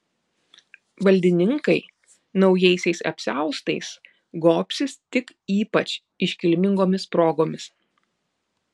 valdininkai naujaisiais apsiaustais gobsis tik ypač iškilmingomis progomis